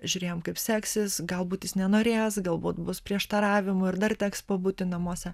žiūrėjom kaip seksis galbūt jis nenorės galbūt bus prieštaravimų ir dar teks pabūti namuose